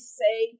say